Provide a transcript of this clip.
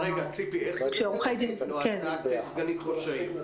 אז רגע, איך זה -- -את סגנית ראש העיר.